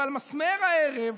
אבל מסמר הערב,